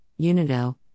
UNIDO